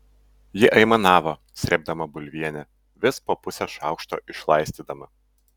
ji aimanavo srėbdama bulvienę vis po pusę šaukšto išlaistydama